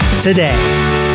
today